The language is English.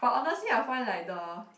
but honestly I find like the